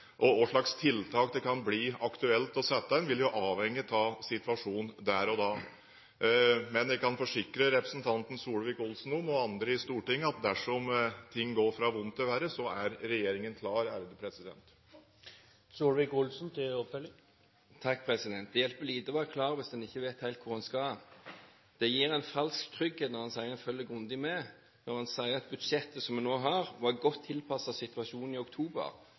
der og da, men jeg kan forsikre representanten Solvik-Olsen og andre i Stortinget om at dersom ting går fra vondt til verre, er regjeringen klar. Det hjelper lite å være klar, hvis en ikke vet helt hvor en skal. Det gir en falsk trygghet når en sier en følger grundig med, når en sier at budsjettet som vi nå har, var godt tilpasset situasjonen i oktober.